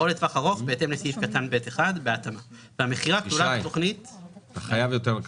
אני מודה ומתוודה ש --- אתה מגדיר חמש מתוך שש בממוצע.